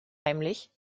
heimlich